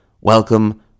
welcome